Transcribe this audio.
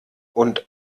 und